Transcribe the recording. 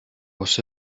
was